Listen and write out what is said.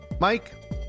Mike